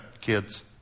kids